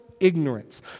Ignorance